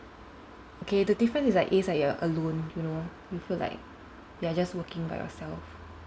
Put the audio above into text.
okay the difference is like As like you're alone you know you feel like you're just working by yourself